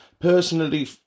Personally